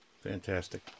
fantastic